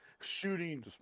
shooting